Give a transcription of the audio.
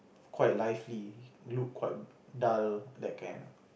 quite lively look quite dull that kind